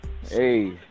Hey